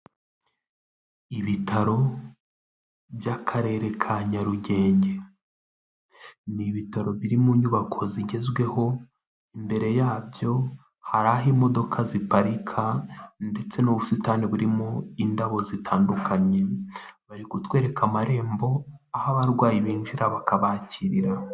Ibitaro by'akarere ka Nyarugenge, ni ibitaro biri mu nyubako zigezweho, imbere yabyo hari aho imodoka ziparika ndetse n'ubusitani burimo indabo zitandukanye, bari kutwereka amarembo aho abarwayi binjira bakabakirira.